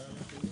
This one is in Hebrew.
(הצגת מצגת)